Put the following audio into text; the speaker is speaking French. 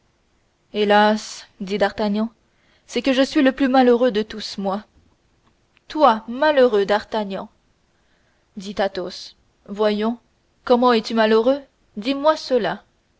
hélas dit d'artagnan c'est que je suis le plus malheureux de nous tous moi toi malheureux d'artagnan dit athos voyons comment es-tu malheureux dis-moi cela